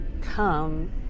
come